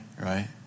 Right